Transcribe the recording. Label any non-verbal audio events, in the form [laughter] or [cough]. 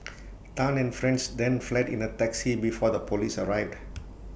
[noise] Tan and friends then fled in A taxi before the Police arrived